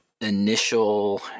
initial